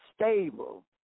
stable